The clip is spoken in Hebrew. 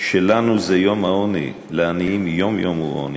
שלנו זה יום העוני, לעניים יום יום הוא עוני.